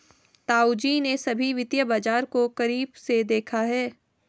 ताऊजी ने सभी वित्तीय बाजार को करीब से देखा है